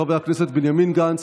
חברי הכנסת בנימין גנץ,